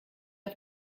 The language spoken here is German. auf